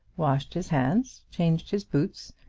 washed his hands, changed his boots,